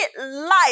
life